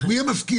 הוא יהיה משכיל,